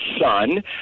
son